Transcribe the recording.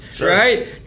right